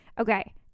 Okay